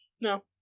No